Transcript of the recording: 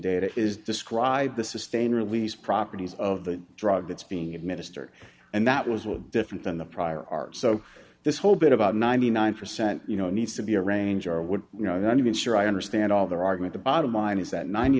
data is described the sustained release properties of the drug that's being administered and that was were different than the prior art so this whole bit about ninety nine percent you know needs to be a range or would you know i don't even sure i understand all their argument the bottom line is that ninety